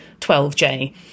12J